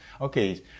Okay